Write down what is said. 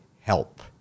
help